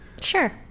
Sure